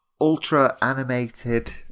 ultra-animated